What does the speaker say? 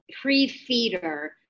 pre-feeder